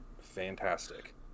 fantastic